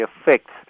affects